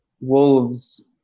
wolves